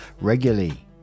regularly